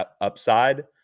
upside